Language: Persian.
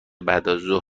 بعدازظهر